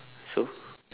so